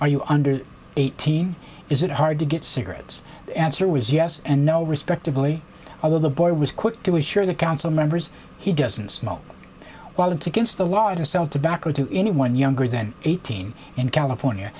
are you under eighteen is it hard to get cigarettes answer was yes and no respectively a little boy was quick to assure the council members he doesn't smoke while it's against the law to sell tobacco to anyone younger than eighteen in california